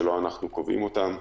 שלא אנחנו קובעים אותן.